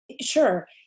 Sure